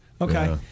Okay